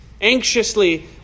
anxiously